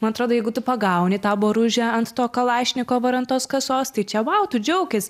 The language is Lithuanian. man atrodo jeigu tu pagauni tą boružę ant to kalašnikovo ar ant tos kasos tai čia vau tu džiaukis